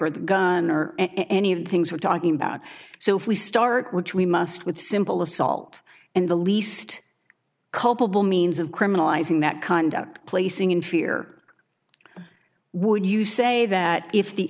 or the gun or any of the things we're talking about so if we start which we must with simple assault and the least culpable means of criminalizing that conduct placing in fear would you say that if the